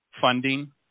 funding